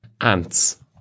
Ants